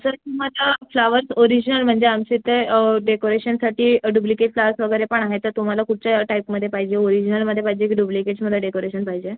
sir तुम्हाला flowers original म्हणजे आमच्या इथे डेकोरेशनसाठी डुप्लिकेट फ्लावर्स वगैरे पण आहे तर तुम्हाला कुठच्या टाईपमध्ये पाहिजे ओरिजनलमध्ये पाहिजे की डुप्लिकेशमध्ये डेकोरेशन पाहिजे